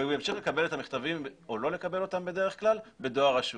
והוא ימשיך לקבל את המכתבים - או לא לקבל אותם בדרך כלל בדואר רשום.